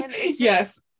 yes